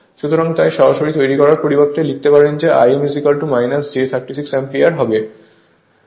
সুতরাং তাই সরাসরি তৈরি করার পরিবর্তে লিখতে পারেন যে Im j 36 অ্যাম্পিয়ার হবে